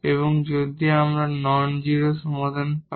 এবং যদি আমরা নন জিরো সমাধান পাই